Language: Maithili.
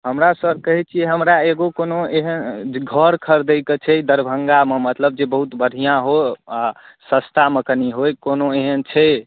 हमरा सर कहै छी हमरा एगो कोनो एहन घर खरीदैके छै दरभंगामे मतलब जे बहुत बढ़िआँ हो आ सस्तामे कनि होइ कोनो एहन छै